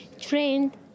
trained